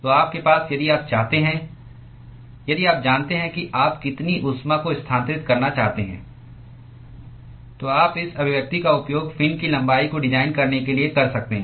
तो आपके पास यदि आप चाहते हैं यदि आप जानते हैं कि आप कितनी ऊष्मा को स्थानांतरित करना चाहते हैं तो आप इस अभिव्यक्ति का उपयोग फिन की लंबाई को डिजाइन करने के लिए कर सकते हैं